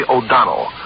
O'Donnell